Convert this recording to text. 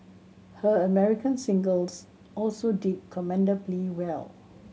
her American singles also did commendably well